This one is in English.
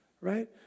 right